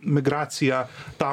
migraciją tą